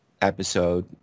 Episode